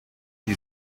die